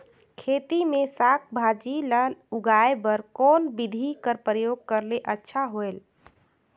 खेती मे साक भाजी ल उगाय बर कोन बिधी कर प्रयोग करले अच्छा होयल?